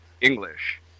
English